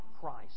Christ